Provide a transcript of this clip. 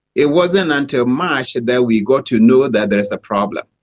it wasn't until march that we got to know that there is a problem.